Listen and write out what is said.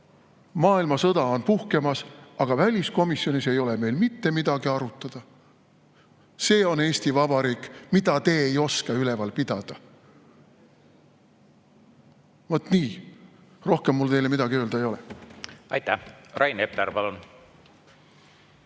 Maailmasõda on puhkemas, aga väliskomisjonis ei ole meil mitte midagi arutada. See on Eesti Vabariik, mida te ei oska üleval pidada. Vot nii, rohkem mul teile midagi öelda ei ole. Ja vaat,